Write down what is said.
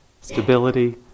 stability